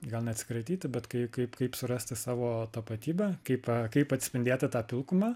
gal ne atsikratyti bet kai kaip kaip surasti savo tapatybę kaip kaip atspindėti tą pilkumą